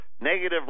negative